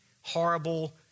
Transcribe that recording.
horrible